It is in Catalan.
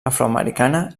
afroamericana